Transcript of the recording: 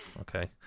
okay